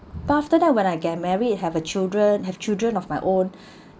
but after that when I get married have a children have children of my own